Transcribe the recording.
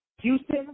Houston